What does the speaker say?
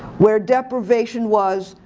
where deprivation was,